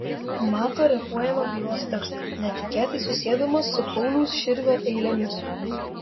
mato repuojamą bylos tekstą netikėtai susiedamas su pauliaus širvio eilėmis